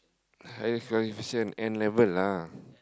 highest qualification N-level lah